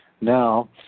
now